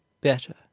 better